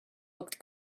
looked